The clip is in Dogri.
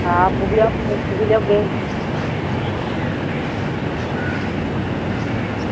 आं आपूं अस उसी बी लेई औगे